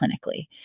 clinically